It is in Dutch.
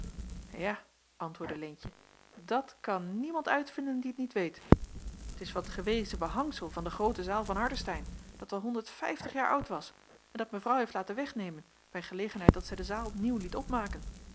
ja antwoordde leentje dat kan niemand uitvinden die t niet weet t is van t gewezen behangsel van de groote zaal van hardestein dat wel honderd vijftig jaren oud was en dat mevrouw heeft laten wegnemen bij gelegenheid dat zij de zaal nieuw liet opmaken